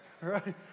right